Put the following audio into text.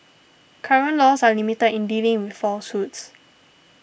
current laws are limited in dealing with falsehoods